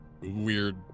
weird